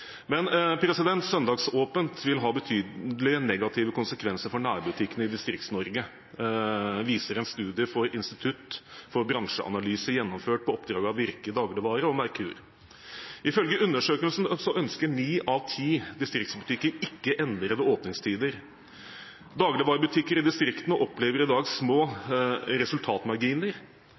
Søndagsåpent vil få betydelige negative konsekvenser for nærbutikkene i Distrikts-Norge, viser en studie fra Institutt for bransjeanalyser, gjennomført på oppdrag av Virke dagligvare og Merkur. Ifølge undersøkelsen ønsker ni av ti distriktsbutikker ikke endrede åpningstider. Dagligvarebutikker i distriktene opplever i dag små resultatmarginer.